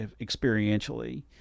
experientially